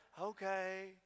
Okay